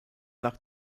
nach